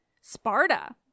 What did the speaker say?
Sparta